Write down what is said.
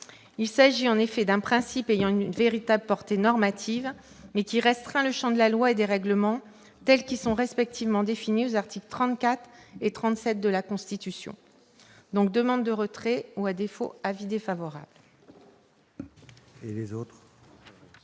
Il s'agit en effet d'un principe ayant une véritable portée normative, mais qui restreint le champ de la loi et des règlements tels qu'ils sont respectivement définis aux articles 34 et 37 de la Constitution. Comme je l'ai dit, la commission demande